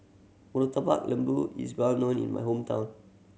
Murtabak Lembu is well known in my hometown